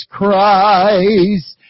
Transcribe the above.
Christ